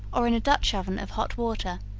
or in a dutch-oven of hot water,